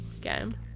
game